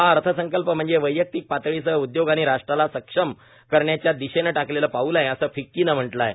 हा अर्थसंकल्प म्हणजे वैयक्तिक पातळीसह उदयोग आणि राष्ट्राला सक्षम करण्याच्या दिशेनं टाकलेलं पाऊल आहे असं फिक्कीनं म्हटलं आहे